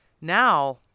now